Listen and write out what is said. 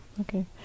Okay